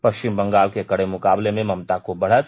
पष्चिम बंगाल के कड़े मुकाबले में ममता को बढ़त